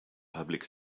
public